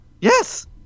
Yes